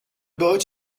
boat